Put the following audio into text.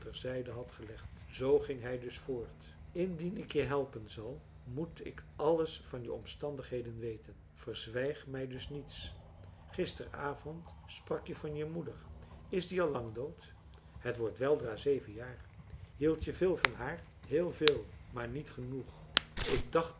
zijde had gelegd zoo ging hij dus voort indien ik je helpen zal moet ik alles van je omstandigheden weten verzwijg mij dus niets gisterenavond sprak je van je moeder is die al lang dood het wordt weldra zeven jaar hield je veel van haar heel veel maar niet genoeg ik dacht